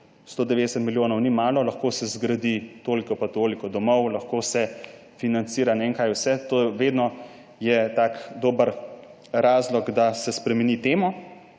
190 milijonov ni malo, lahko se zgradi toliko in toliko domov, lahko se financira ne vem kaj vse, to je vedno tak dober razlog, da se spremeni temo,